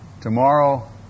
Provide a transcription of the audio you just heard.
Tomorrow